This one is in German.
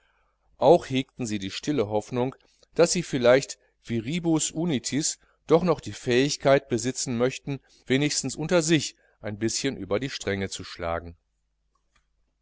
auch hegten sie die stille hoffnung daß sie vielleicht viribus unitis doch noch die fähigkeit besitzen möchten wenigstens unter sich ein bischen über die stränge zu schlagen